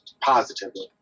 positively